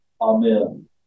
Amen